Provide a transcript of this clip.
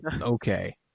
okay